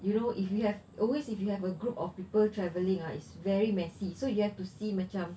you know if you have always if you have a group of people travelling ah it's very messy so you have to see macam